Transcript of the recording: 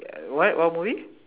ya what what movie